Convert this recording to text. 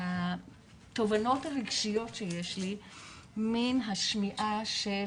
בתובנות הרגשיות שיש לי מן השמיעה של